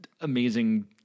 amazing